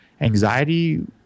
anxiety